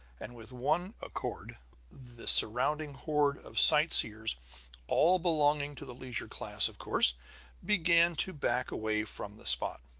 and with one accord the surrounding horde of sightseers all belonging to the leisure class, of course began to back away from the spot.